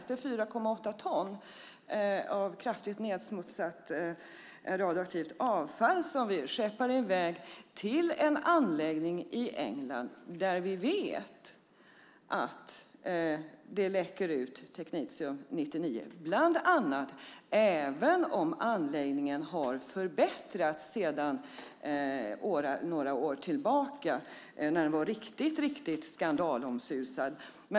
Det är 4,8 ton av kraftigt nedsmutsat radioaktivt avfall som vi skeppar i väg till en anläggning i England där vi vet att det läcker ut teknetium-99, bland annat, även om anläggningen har förbättrats sedan några år tillbaka då den var riktigt skandalomsusad.